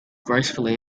gracefully